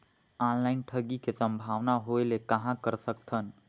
Online ठगी के संभावना होय ले कहां कर सकथन?